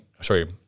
sorry